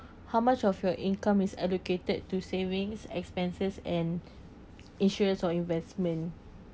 how much of your income is allocated to savings expenses and insurance or investment